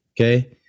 okay